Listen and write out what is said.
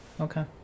okay